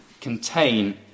contain